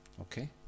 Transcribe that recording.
Okay